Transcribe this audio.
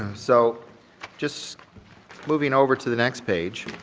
so just moving over to the next page,